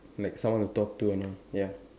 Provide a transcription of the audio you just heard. like someone to talk to and all ya